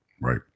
Right